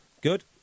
Good